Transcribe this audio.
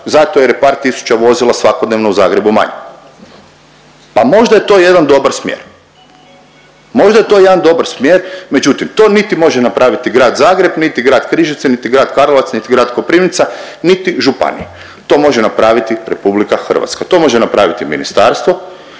Zato jer je par tisuća vozila svakodnevno u Zagrebu manje. Pa možda je to jedan dobar smjer. Možda je to jedan dobar smjer, međutim, to niti može napraviti grad Zagreb niti grad Križevci niti grad Karlovac niti grad Koprivnica niti županija. To može napraviti RH, to može napraviti ministarstvo